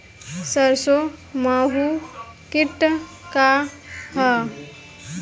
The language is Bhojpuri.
सरसो माहु किट का ह?